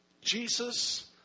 Jesus